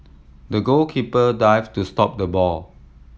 the goalkeeper dived to stop the ball